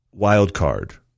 Wildcard